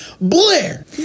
Blair